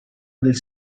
del